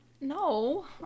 no